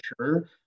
sure